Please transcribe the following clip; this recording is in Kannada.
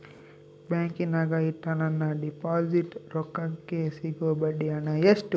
ಬ್ಯಾಂಕಿನಾಗ ಇಟ್ಟ ನನ್ನ ಡಿಪಾಸಿಟ್ ರೊಕ್ಕಕ್ಕೆ ಸಿಗೋ ಬಡ್ಡಿ ಹಣ ಎಷ್ಟು?